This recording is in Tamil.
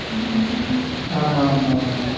ம் ஆமாம் ஆமாம் ஆமாம்